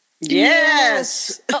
Yes